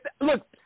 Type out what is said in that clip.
Look